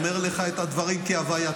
אני אומר לך את הדברים כהווייתם.